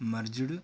merged